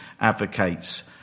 advocates